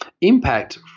impact